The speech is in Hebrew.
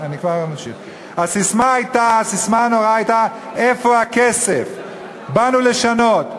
הססמה הנוראה הייתה "איפה הכסף?"; "באנו לשנות".